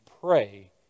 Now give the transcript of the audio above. pray